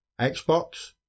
xbox